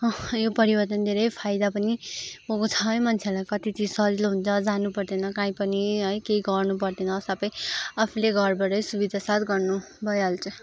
यो परिवर्तन धेरै फायदा पनि भएको छ है मान्छेहरूलाई कति चिज सजिलो हुन्छ जानु पर्दैन कहीँ पनि है केही गर्नु पर्दैन सबै आफुले घरबाटै सुविधासाथ गर्नु भइहाल्छ